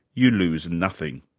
you lose nothing.